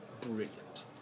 brilliant